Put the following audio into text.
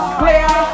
clear